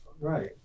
Right